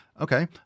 Okay